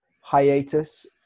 hiatus